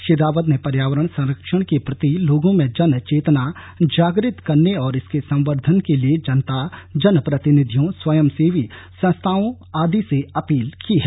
श्री रावत ने पर्यावरण संरक्षण के प्रति लोगों में जन चेतना जागृत करने और इसके संवर्द्वन के लिए जनता जन प्रतिनिधियों स्वयंसेवी संस्थाओं आदि से अपील की है